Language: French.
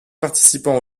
participant